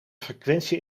frequentie